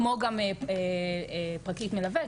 כמו גם פרקליט מלווה,